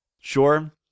Sure